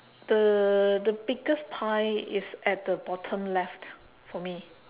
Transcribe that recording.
the the biggest pie is at the bottom left for me